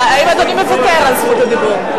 האם אדוני מוותר על זכות הדיבור?